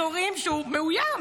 אזורים שהוא מאוים